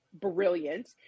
brilliant